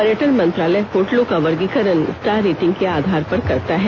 पर्यटन मंत्रालय होटलों का वर्गीकरण स्टार रेटिंग के आधार पर करता है